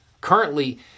Currently